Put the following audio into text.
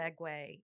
segue